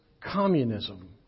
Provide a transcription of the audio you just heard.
communism